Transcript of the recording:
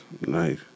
Nice